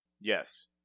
Yes